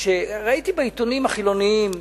ראיתי בעיתונים החילוניים,